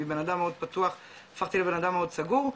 מבנאדם מאוד פתוח הפכתי לבנאדם מאוד סגור.